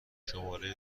شماره